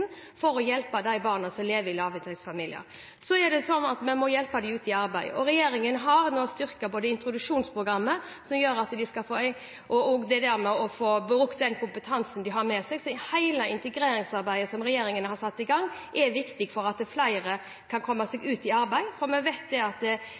lavinntektsfamilier. Så er det sånn at vi må hjelpe dem ut i arbeid. Regjeringen har nå styrket introduksjonsprogrammet som gjør at de skal få brukt kompetansen de har med seg. Hele integreringsarbeidet som regjeringen har satt i gang, er viktig for at flere kan komme seg